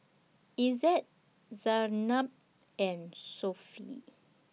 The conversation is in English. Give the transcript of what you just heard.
Izzat Zaynab and Sofea